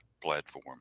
platform